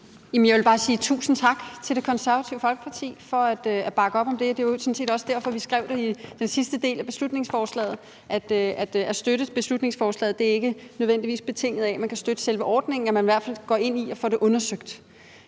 Jeg vil bare sige tusind tak til Det Konservative Folkeparti for at bakke op om det. Det var sådan set også derfor, vi skrev det i den sidste del af beslutningsforslaget, nemlig at det at støtte beslutningsforslaget ikke nødvendigvis er betinget af, at man kan støtte selve ordningen, men at man i hvert fald går ind i at få det undersøgt.